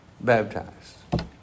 baptized